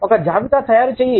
ఒక జాబితా తయారు చేయి